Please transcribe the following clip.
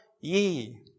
ye